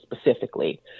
specifically